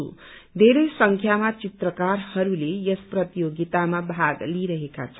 वेरै संख्यामा चित्रकारहरूले यस प्रतियोगितामा भग लिई रहेका छन्